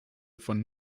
von